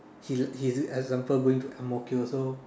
he he's example going to Ang-Mo-Kio so